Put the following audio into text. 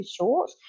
short